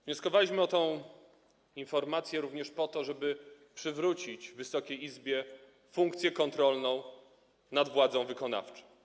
Wnioskowaliśmy o tę informację również po to, żeby przywrócić Wysokiej Izbie funkcję kontrolną nad władzą wykonawczą.